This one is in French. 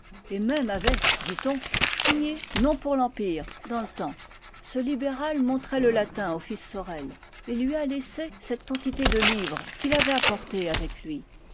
et même avait dit-on signé non pour l'empire dans le temps ce libéral montrait le latin au fils sorel et lui a laissé cette quantité de livres qu'il avait apportés avec lui